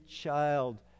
child